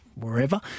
wherever